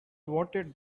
wanted